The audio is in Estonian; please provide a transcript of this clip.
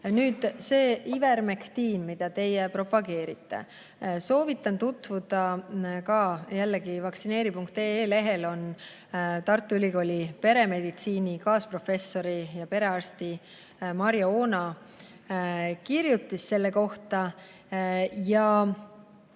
Nüüd, see ivermektiin, mida te propageerite – soovitan tutvuda, vaktsineeri.ee lehel on Tartu Ülikooli peremeditsiini kaasprofessori ja perearsti Marje Oona kirjutis selle kohta.